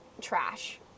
trash